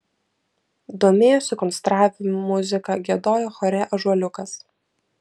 domėjosi konstravimu muzika giedojo chore ąžuoliukas